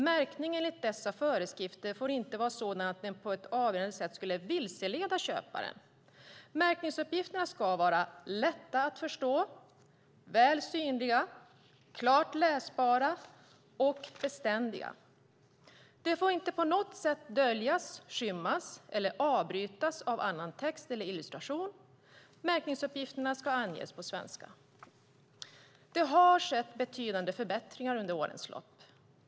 Märkningen enligt dessa föreskrifter får inte vara sådan att den på ett avgörande sätt skulle vilseleda köparen. Märkningsuppgifterna ska vara lätta att förstå, väl synliga, klart läsbara och beständiga. De får inte på något sätt döljas, skymmas eller avbrytas av annan text eller illustration. Märkningsuppgifterna ska anges på svenska. Det har skett betydande förbättring under årens lopp.